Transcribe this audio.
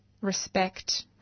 respect